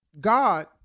God